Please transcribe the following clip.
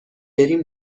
بریم